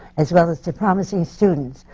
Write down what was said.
as well as to promising students,